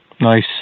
Nice